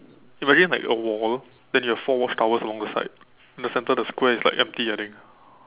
imagine like a wall then you have watch towers along the side then the center of the square is like empty I think